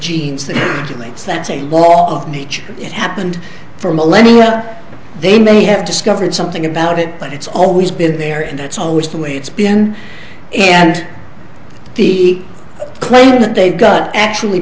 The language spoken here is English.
law of nature it happened for millennia they may have discovered something about it but it's always been there and it's always the way it's been and the claim that they've got actually